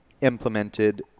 implemented